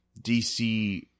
DC